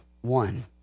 One